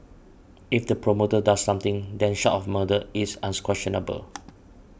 if the promoter does something then short of murder it's unquestionable